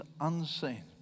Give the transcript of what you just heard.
unseen